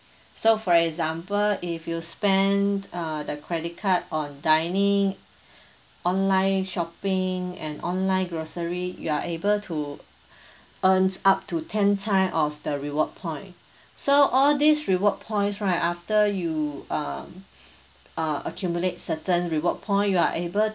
so for example if you spend uh the credit card on dining online shopping and online grocery you are able to earn up to ten time of the reward point so all this reward points right after you um uh accumulate certain reward point you are able